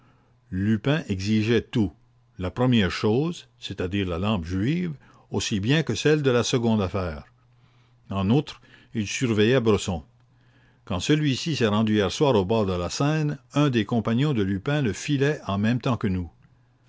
lupin exigeait tout la première chose c'est-à-dire la lampe juive aussi bien que celles de la seconde affaire en outre il surveillait bresson quand celui-ci s'est rendu hier soir au bord de la seine un dés compagnons de lupin le filait en même temps que nous